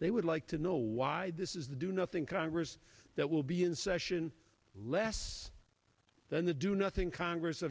they would like to know why this is the do nothing congress that will be in session less then the do nothing congress of